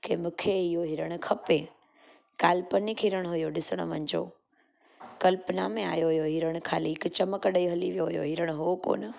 के मूंखे इहो हिरण खपे काल्पनिक हिरण हुयो ॾिसणु वञिजो कल्पना में आयो हुयो हिरण खाली हिकु चमक ॾेई हली वियो हुयो हिरण हो कोन्ह